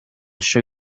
show